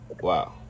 Wow